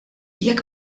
jekk